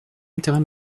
intérêt